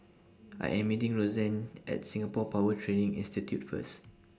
I Am meeting Rozanne At Singapore Power Training Institute First